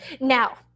Now